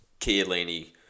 Chiellini